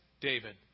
David